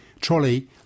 trolley